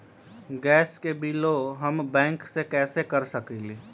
Gas के बिलों हम बैंक से कैसे कर सकली?